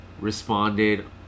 responded